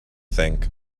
think